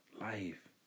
Life